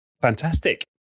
fantastic